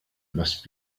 must